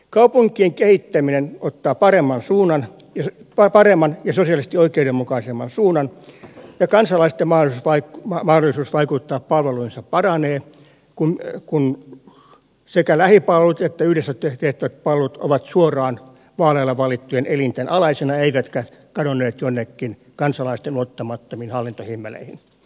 kaupunkien kehittäminen ottaa paremman ja sosiaalisesti oikeudenmukaisemman suunnan ja kansalaisten mahdollisuus vaikuttaa palveluihin jopa paranee kun sekä lähipalvelut että yhdessä tehtävät palvelut ovat suoraan vaaleilla valittujen elinten alaisena eivätkä kadonneet jonnekin kansalaisten ulottumattomiin hallintohimmeleihin